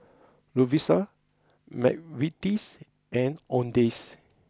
Lovisa McVitie's and Owndays